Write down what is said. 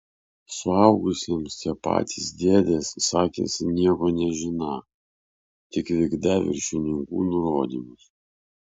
suaugusiems tie patys dėdės sakėsi nieko nežiną tik vykdą viršininkų nurodymus